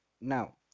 now